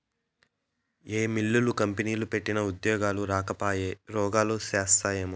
ఏ మిల్లులు, కంపెనీలు పెట్టినా ఉద్యోగాలు రాకపాయె, రోగాలు శాస్తాయే